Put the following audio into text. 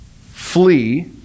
flee